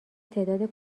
تعداد